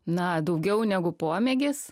na daugiau negu pomėgis